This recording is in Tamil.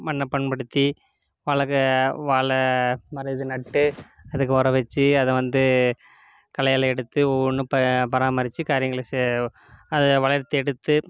மண்ணை பண்படுத்தி வளர்க்க வாழை இந்தமாதிரி இது நட்டு அதுக்கு உரம் வச்சு அதை வந்து களைகள் எடுத்து ஒவ்வொன்றும் ப பராமரித்து காரியங்களை ச அதை வளர்த்து எடுத்து